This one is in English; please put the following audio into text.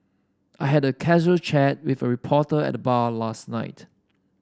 I had a casual chat with a reporter at the bar last night